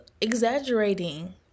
exaggerating